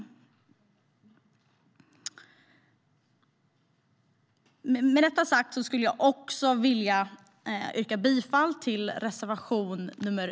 Med detta sagt skulle jag vilja yrka bifall till reservation nr 2.